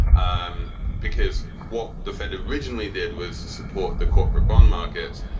um because what the fed originally did was support the corporate bond markets.